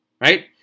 right